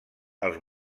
els